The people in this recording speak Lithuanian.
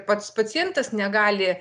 pats pacientas negali